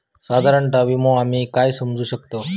साधारण विमो आम्ही काय समजू शकतव?